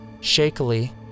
shakily